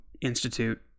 Institute